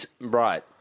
Right